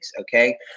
okay